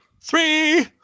three